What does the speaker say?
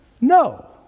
No